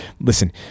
Listen